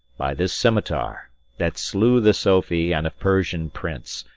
by this scimitar that slew the sophy and a persian prince,